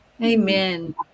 amen